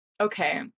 Okay